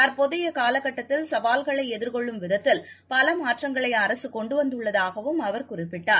தற்போதையகாலகட்டத்தில் சாவல்களைஎதிர்கொள்ளும் விதத்தில் பலமாற்றங்களைஅரசுகொண்டுவந்துள்ளதாகவும் அவர் குறிப்பிட்டார்